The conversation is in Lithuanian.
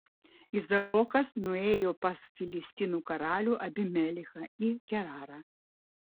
izaokas nuėjo pas filistinų karalių abimelechą į gerarą